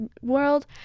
world